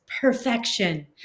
Perfection